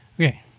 Okay